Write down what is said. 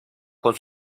con